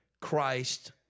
Christ